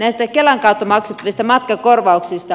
näistä kelan kautta maksettavista matkakorvauksista